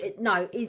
no